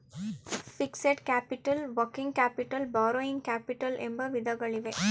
fixed capital working capital borrowing capital ಎಂಬ ವಿಧಗಳಿವೆ